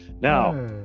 Now